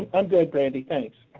i'm good, brandy, thanks.